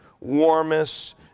warmest